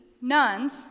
nuns